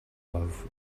love